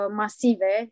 masive